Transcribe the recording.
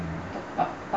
hmm